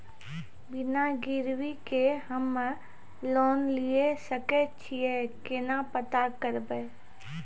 बिना गिरवी के हम्मय लोन लिये सके छियै केना पता करबै?